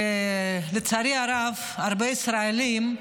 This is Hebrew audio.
לצערי הרב הרבה ישראלים,